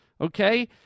Okay